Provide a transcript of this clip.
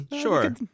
Sure